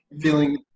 feeling